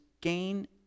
gain